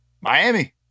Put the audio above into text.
Miami